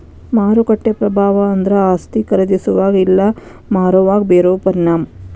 ಮಾರುಕಟ್ಟೆ ಪ್ರಭಾವ ಅಂದ್ರ ಆಸ್ತಿ ಖರೇದಿಸೋವಾಗ ಇಲ್ಲಾ ಮಾರೋವಾಗ ಬೇರೋ ಪರಿಣಾಮ